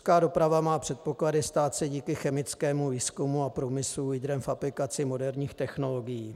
Česká doprava má předpoklady stát se díky chemickému výzkumu a průmyslu lídrem v aplikaci moderních technologií.